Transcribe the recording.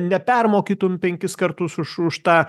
nepermokytum penkis kartus už už tą